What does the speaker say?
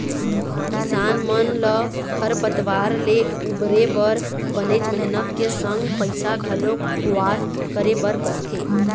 किसान मन ल खरपतवार ले उबरे बर बनेच मेहनत के संग पइसा घलोक खुवार करे बर परथे